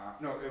No